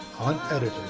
unedited